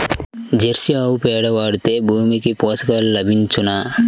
Jersey ఆవు పేడ వాడితే భూమికి పోషకాలు లభించునా?